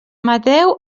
mateu